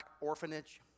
Orphanage